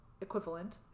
Equivalent